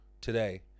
today